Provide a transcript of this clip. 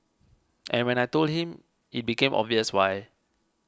and when I told him it became obvious why